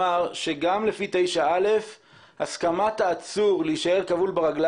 אנחנו יודעים לומר לשופט לעצור את הדיון ואנחנו מתגברים את אולם